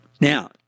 Now